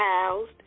housed